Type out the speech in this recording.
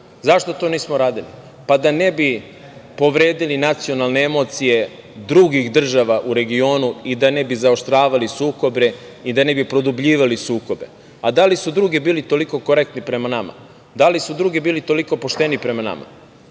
Zašto to nismo radili? Pa, da ne bi povredili nacionalne emocije drugih država u regionu i da ne bi zaoštravali sukobe i da ne bi produbljivali sukobe. A da li su drugi bili toliko korektni prema nama? Da li su drugi bili toliko pošteni prema nama?